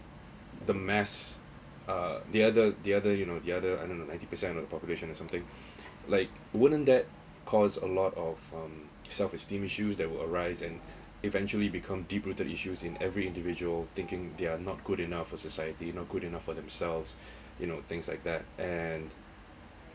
the mass uh the other the other you know the other I know ninety percent of population or something like wouldn't that caused a lot of um self-esteem issues that will arise and eventually become deep rooted issues in every individual thinking they're not good enough for society nor good enough for themselves you know things like that and